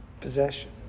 possession